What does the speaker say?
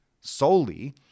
solely